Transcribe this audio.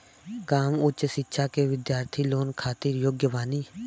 का हम उच्च शिक्षा के बिद्यार्थी लोन खातिर योग्य बानी?